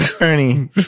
Ernie